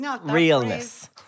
realness